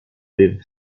lived